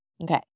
Okay